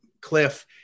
cliff